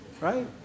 right